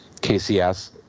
KCS